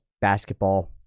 Basketball